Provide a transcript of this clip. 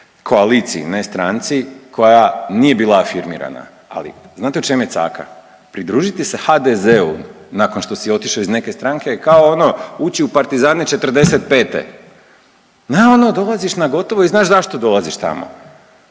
koaliciji, ne stranci koja nije bila afirmirana. Ali znate u čem je caka? Pridružiti se HDZ-u nakon što si otišao iz neke stranke kao ono ući u partizane 1945. Naravno dolaziš na gotovo i znaš zašto dolaziš tamo.